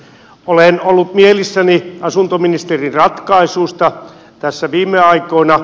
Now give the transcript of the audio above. olen ollut mielissäni asuntoministerin ratkaisuista tässä viime aikoina